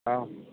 औ